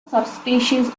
subspecies